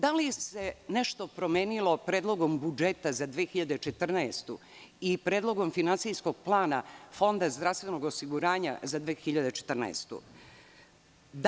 Da li se nešto promenilo Predlogom budžeta za 2014. godinu ili Predlogom finansijskog plana Fonda zdravstvenog osiguranja za 2014. godinu?